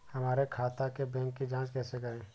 हमारे खाते के बैंक की जाँच कैसे करें?